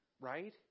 Right